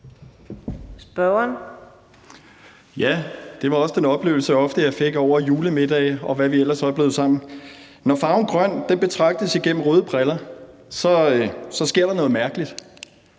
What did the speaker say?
Milo (M): Ja, det var også den oplevelse, jeg ofte fik over julemiddage, og hvad vi ellers oplevede sammen. Når farven grøn betragtes gennem røde briller, sker der noget mærkeligt.